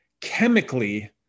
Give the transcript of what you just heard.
chemically